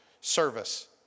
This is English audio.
service